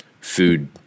food